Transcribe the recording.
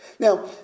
Now